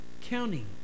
counting